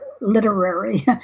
literary